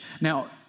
Now